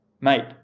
mate